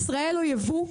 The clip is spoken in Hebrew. ישראל או יבוא,